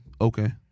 Okay